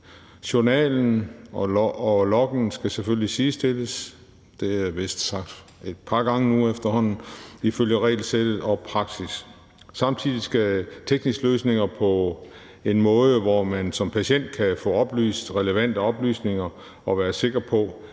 Journalen og loggen skal selvfølgelig sidestilles – det er vist sagt et par gange nu efterhånden – ifølge regelsættet og praksis. Samtidig skal tekniske løsninger laves på en måde, så man som patient kan få oplyst relevante oplysninger og være sikker på,